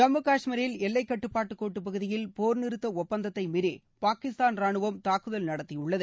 ஜம்மு காஷ்மீரில் எல்லைக்கட்டுப்பாட்டு கோட்டுப்பகுதியில் போர் நிறுத்த ஒப்பந்ததை மீறி பாகிஸ்தான் ராணுவம் தாக்குதல் நடத்தியுள்ளது